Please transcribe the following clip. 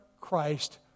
Christ